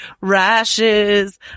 rashes